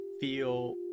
feel